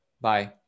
Bye